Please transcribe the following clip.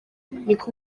niko